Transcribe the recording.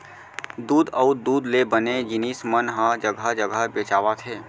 दूद अउ दूद ले बने जिनिस मन ह जघा जघा बेचावत हे